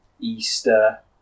Easter